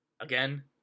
again